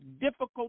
difficult